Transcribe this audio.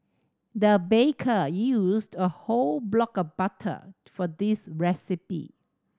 the baker used a whole block of butter for this recipe